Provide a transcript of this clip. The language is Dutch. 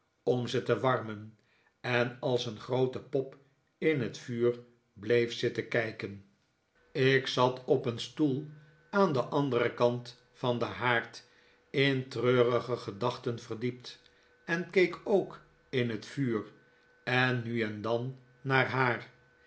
om ze te warmen en als een groote pop in het vuur bleef zitten kijken ik zat op een stoel aan den anderen kant van den haard in treurige gedachten verdiept en keek ook in het vuur en nu en dan naar haar